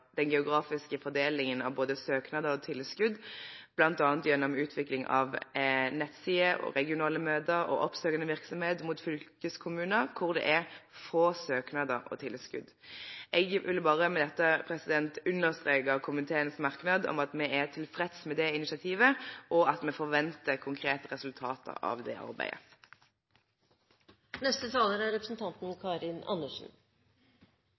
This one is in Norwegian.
den geografiske fordelingen av både søknader og tilskudd, bl.a. gjennom utvikling av nettsider, regionale møter og oppsøkende virksomhet mot fylkeskommuner hvor det er få søknader og tilskudd. Jeg vil bare med dette understreke komiteens merknad om at vi er tilfreds med det initiativet, og at vi forventer konkrete resultater av det arbeidet. Dette er